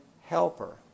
helper